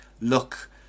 look